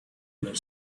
owner